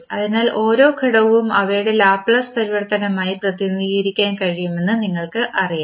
അതിനാൽ ഓരോ ഘടകവും അവയുടെ ലാപ്ലേസ് പരിവർത്തനമായി പ്രതിനിധീകരിക്കാൻ കഴിയുമെന്ന് നിങ്ങൾക്കറിയാം